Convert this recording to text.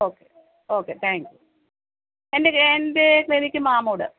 okay okay thank you എൻ്റെ എൻ്റെ clinic Mamood